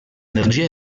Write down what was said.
energia